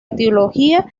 etiología